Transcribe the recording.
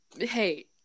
Hey